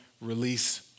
release